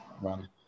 run